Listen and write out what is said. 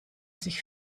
sich